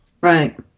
Right